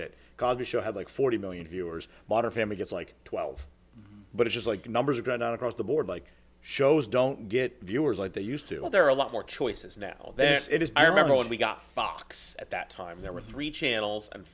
the show had like forty million viewers modern family gets like twelve but it was like numbers are going out across the board like shows don't get viewers like they used to there are a lot more choices now that it is i remember when we got fox at that time there were three channels and